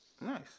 Nice